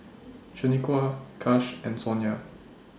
Shanequa Kash and Sonya